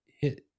hit